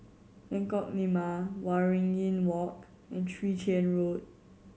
Lengkok Lima Waringin Walk and Chwee Chian Road